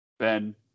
Ben